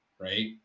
right